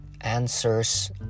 answers